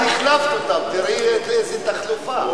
את בזמן החלפת אותם, תראי איזה תחלופה.